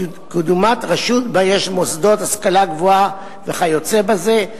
כדוגמת רשות שבה יש מוסדות להשכלה גבוהה וכיוצא בזה,